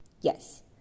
Yes